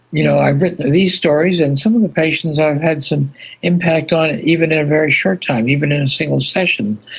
you know, i've written these stories and some of the patients i've had some impact on and even in a very short time, even in a single session,